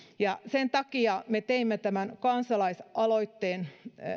sen takia tämän kansalaisaloitteen